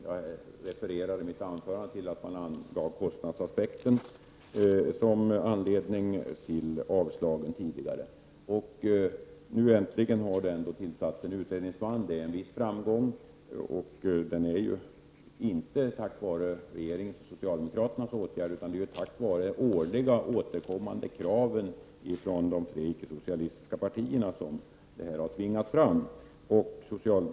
Jag refererade i mitt anförande till att man angav kostnadsaspekten som anledning till de tidigare avslagen. Nu har det äntligen tillsatts en utredningsman. Det är en viss framgång, men den är inte en följd av regeringens och socialdemokraternas åtgärder, utan det är tack vare årligen återkommande krav från de tre icke-socialistiska partierna som detta har tvingats fram.